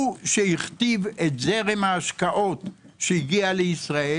הוא שהכתיב את זרם ההשקעות שהגיע לישראל.